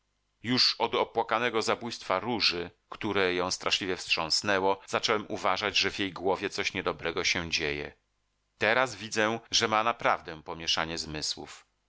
już od opłakanego zabójstwa róży które ją straszliwie wstrząsnęło zacząłem uważać że w jej głowie coś niedobrego się dzieje teraz widzę że ma naprawdę pomieszanie zmysłów